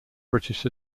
british